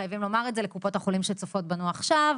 חייבים לומר את זה לקופות החולים שצופות בנו עכשיו,